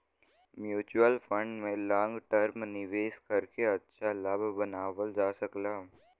mutual fund में long term निवेश करके अच्छा लाभ बनावल जा सकला